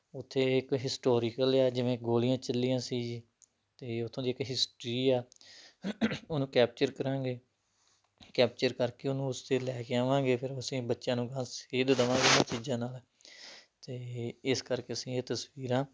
ਉੱਥੇ ਇੱਕ ਹਿਸਟੋਰੀਕਲ ਹੈ ਜਿਵੇਂ ਗੋਲੀਆਂ ਚੱਲੀਆਂ ਸੀ ਜੀ ਅਤੇ ਉੱਥੋਂ ਦੀ ਇਕ ਹਿਸਟਰੀ ਹੈ ਉਹਨੂੰ ਕੈਪਚਰ ਕਰਾਂਗੇ ਕੈਪਚਰ ਕਰ ਕੇ ਉਹਨੂੰ ਉਸ 'ਤੇ ਲੈ ਕੇ ਆਵਾਂਗੇ ਫਿਰ ਅਸੀਂ ਬੱਚਿਆਂ ਨੂੰ ਬਸ ਸੇਧ ਦੇਵਾਂਗੇ ਇਹਨਾਂ ਚੀਜ਼ਾਂ ਨਾਲ ਅਤੇ ਇਸ ਕਰਕੇ ਅਸੀਂ ਇਹ ਤਸਵੀਰਾਂ